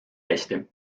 hästi